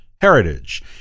heritage